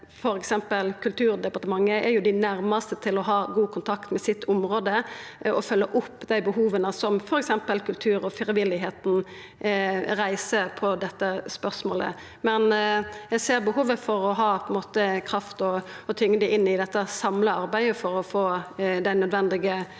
For eksempel er Kulturdepartementet dei nærmaste til å ha god kontakt med sitt område og følgja opp dei behova som f.eks. kulturen og frivilligheita har når det gjeld dette spørsmålet. Men eg ser behovet for å ha kraft og tyngde inn i dette samla arbeidet for å få den nødvendige